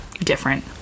Different